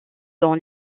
dans